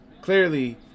clearly